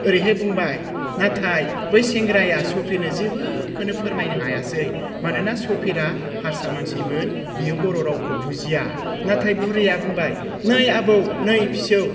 ओरैहाय बुंबाय नाथाय बै सेंग्राया सफिरनो जेबोखौनो फोरमायनो हायासै मानोना सफिरा हारसा मानसिमोन बियो बर' रावखौ बुजिया नाथाय बुरैया बुंबाय नै आबै नै फिसौ